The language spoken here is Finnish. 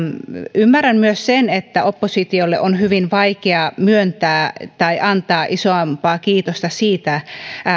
ymmärrän myös sen että opposition on hyvin vaikea myöntää tai antaa isompaa kiitosta siitä